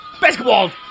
Basketball